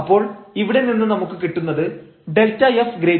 അപ്പോൾ ഇവിടെനിന്ന് നമുക്ക് കിട്ടുന്നത് Δf0 if r0 എന്നാണ്